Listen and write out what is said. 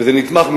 וזה נתמך,